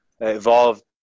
evolved